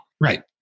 right